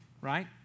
right